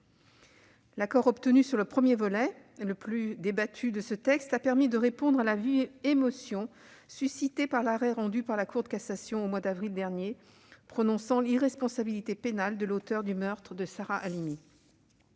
L'accord obtenu sur le premier volet, le plus débattu de ce texte, a permis de répondre à la vive émotion suscitée par l'arrêt rendu par la Cour de cassation, au mois d'avril dernier, prononçant l'irresponsabilité pénale de l'auteur du meurtre de Sarah Halimi.